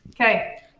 Okay